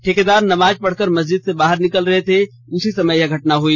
ठेकेदार नमाज पढ़कर मस्जिद से बाहर निकल रहे थे उसी समय यह घटना हुई